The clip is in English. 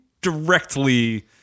directly